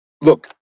look